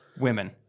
women